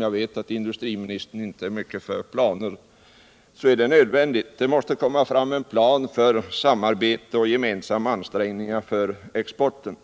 Jag vet att industriministern inte glashyttan i Björksär mycket för planer, men det är nödvändigt att få fram en plan för samarbete hult och gemensamma ansträngningar i fråga om exporten.